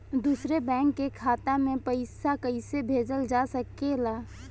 दूसरे बैंक के खाता में पइसा कइसे भेजल जा सके ला?